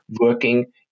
working